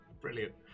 Brilliant